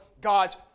God's